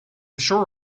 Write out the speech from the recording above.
sure